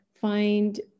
find